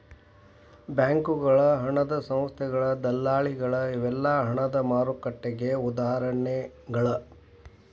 ಬ್ಯಾಂಕಗಳ ಹಣದ ಸಂಸ್ಥೆಗಳ ದಲ್ಲಾಳಿಗಳ ಇವೆಲ್ಲಾ ಹಣದ ಮಾರುಕಟ್ಟೆಗೆ ಉದಾಹರಣಿಗಳ